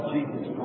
Jesus